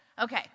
Okay